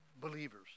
believers